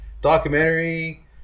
documentary